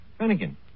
Finnegan